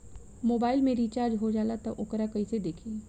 Mobile में recharge हो जाला त वोकरा के कइसे देखी?